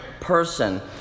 person